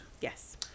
Yes